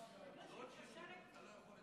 כי הצעת חוק הביטוח הלאומי (תיקון,